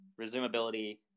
resumability